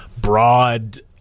broad